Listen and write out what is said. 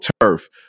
turf